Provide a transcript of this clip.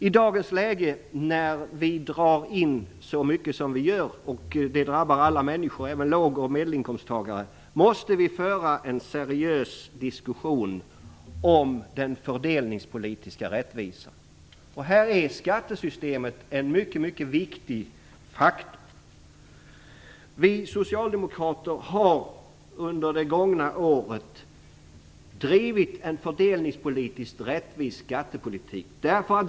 I dagens läge, när vi drar in så mycket som vi gör - vilket drabbar alla människor, även låg och medelinkomsttagare - måste vi föra en seriös diskussion om den fördelningspolitiska rättvisan, och här är skattesystemet en mycket viktig faktor. Vi socialdemokrater har under det gångna året drivit en fördelningspolitiskt rättvis skattepolitik.